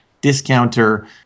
discounter